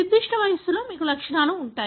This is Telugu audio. నిర్దిష్ట వయస్సులో మీకు లక్షణాలు ఉంటాయి